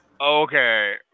Okay